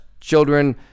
children